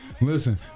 Listen